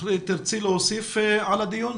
תרצי להוסיף לדיון?